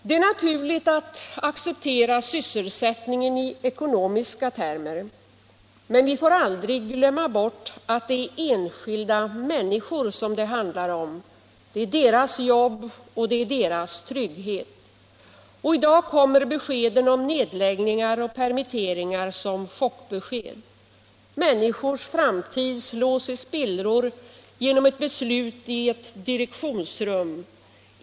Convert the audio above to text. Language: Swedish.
Det är naturligt att acceptera sysselsättningen i ekonomiska termer. Men vi får aldrig glömma att det är enskilda människor, deras jobb och deras frihet, som det handlar om. Och i dag kommer meddelanden om nedläggningar och permitteringar som chockbesked. Människors framtid slås i spillror genom beslut i ett direktionsrum.